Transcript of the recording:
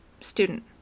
Student